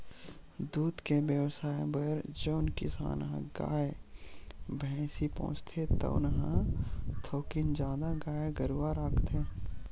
दूद के बेवसाय बर जउन किसान ह गाय, भइसी पोसथे तउन ह थोकिन जादा गाय गरूवा राखथे